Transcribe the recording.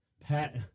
Pat